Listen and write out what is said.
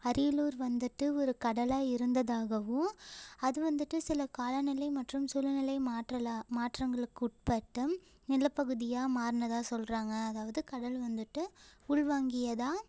அரியலூர் வந்துட்டு ஒரு கடலாக இருந்ததாகவும் அது வந்துட்டு சில காலநிலை மற்றும் சூழ்நிலை மாற்றலா மாற்றங்களுக்கு உட்பட்டு நிலப் பகுதியாக மாறுனதாக சொல்கிறாங்க அதாவது கடல் வந்துட்டு உள்வாங்கியதாக